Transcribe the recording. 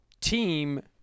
team